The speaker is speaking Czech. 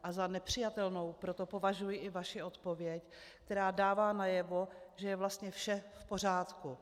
A za nepřijatelnou proto považuji i vaši odpověď, která dává najevo, že je vlastně vše v pořádku.